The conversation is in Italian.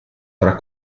tra